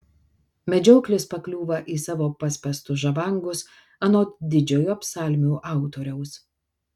medžioklis pakliūva į savo paspęstus žabangus anot didžiojo psalmių autoriaus